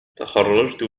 تخرجت